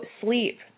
sleep